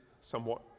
somewhat